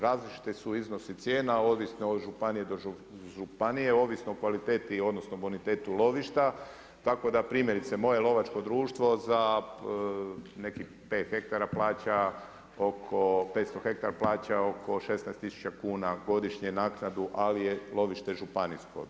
Različiti su iznosi cijena ovisno od županije do županije, ovisno o kvaliteti, odnosno bonitetu lovišta tako da primjerice moje lovačko društvo za nekih 5 hektara plaća oko, oko 500 ha plaća oko 16000 kuna godišnje naknadu ali je lovište županijsko.